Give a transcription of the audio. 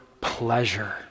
pleasure